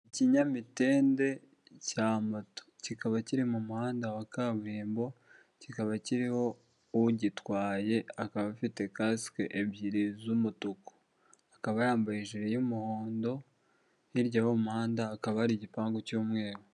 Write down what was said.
Ikinyamitende cya moto kikaba kiri mu muhanda wa kaburimbo kikaba kiriho ugitwaye akaba afite kasike ebyiri z'umutuku akaba yambaye jire y'umuhondo hirya mu umuhanda hakaba hari igipangu cy'umweru.